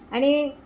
आणि